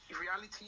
reality